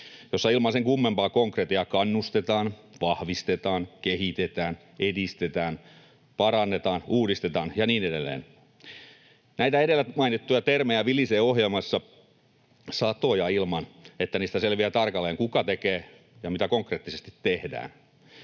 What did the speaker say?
jossa ilman sen kummempaa konkretiaa ”kannustetaan”, ”vahvistetaan”, ”kehitetään”, ”edistetään”, ”parannetaan”, ”uudistetaan” ja niin edelleen. Näitä edellä mainittuja termejä vilisee ohjelmassa satoja ilman, että niistä selviää tarkalleen, kuka tekee ja mitä konkreettisesti tehdään.